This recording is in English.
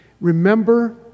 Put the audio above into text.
Remember